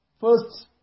first